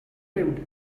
lived